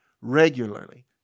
regularly